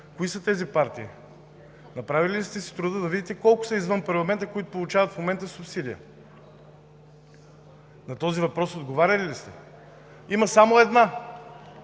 Кои са тези партии? Направили ли сте си труда да видите колко са извън парламента, които получават в момента субсидия? На този въпрос отговаряли ли сте? Има само една,